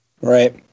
right